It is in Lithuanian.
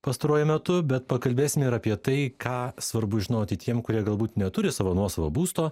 pastaruoju metu bet pakalbėsime ir apie tai ką svarbu žinoti tiem kurie galbūt neturi savo nuosavo būsto